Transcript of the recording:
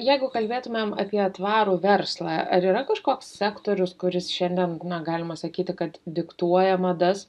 jeigu kalbėtumėm apie tvarų verslą ar yra kažkoks sektorius kuris šiandien na galima sakyti kad diktuoja madas